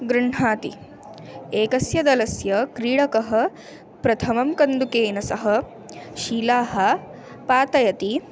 गृह्णाति एकस्य दलस्य क्रीडकः प्रथमं कन्दुकेन सह शिला पातयति